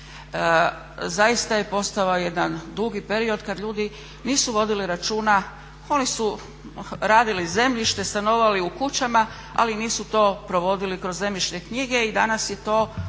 Zaista je postojao jedan dugi period kad ljudi nisu vodili računa, oni su radili zemljište, stanovali u kućama ali nisu to provodili kroz zemljišne knjige i danas je to ogroman